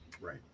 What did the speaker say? right